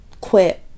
quit